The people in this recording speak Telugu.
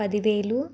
పదివేలు